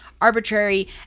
arbitrary